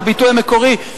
בביטוי המקורי,